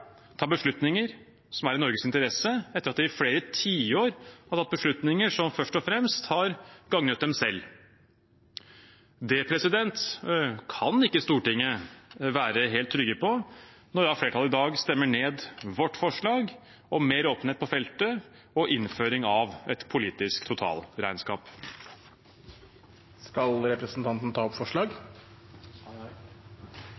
beslutninger som er i Norges interesser, etter at de i flere tiår har tatt beslutninger som først og fremst har gagnet dem selv? Det kan ikke Stortinget være helt trygge på når flertallet i dag stemmer ned vårt forslag om mer åpenhet på feltet og innføring av et politisk totalregnskap. Skal representanten ta opp forslag?